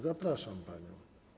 Zapraszam panią.